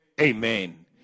Amen